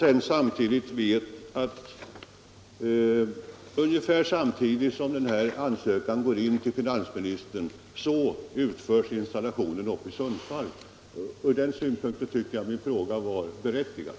Ändå vet vi att ungefär samtidigt som ansökan går in till finansministern utförs installationen uppe i Sundsvall. Från den synpunkten tycker jag att min fråga var berättigad.